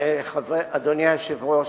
אדוני היושב-ראש,